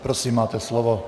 Prosím, máte slovo.